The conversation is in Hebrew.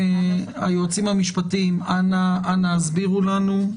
היועצים המשפטיים, אנא הסבירו לנו.